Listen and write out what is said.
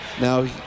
Now